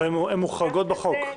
אבל הן מוחרגות בחוק.